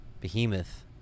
behemoth